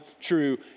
true